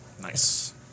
Nice